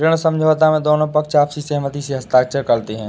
ऋण समझौते में दोनों पक्ष आपसी सहमति से हस्ताक्षर करते हैं